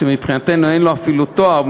שמבחינתנו אין לו אפילו תואר.